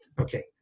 Okay